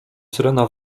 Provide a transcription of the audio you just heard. syrena